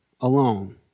alone